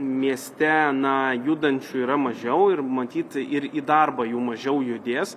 mieste na judančių yra mažiau ir matyt ir į darbą jų mažiau judės